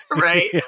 Right